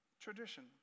tradition